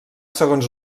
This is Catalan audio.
segons